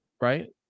right